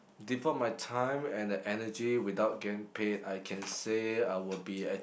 devote my time and the energy without getting paid I can say I would be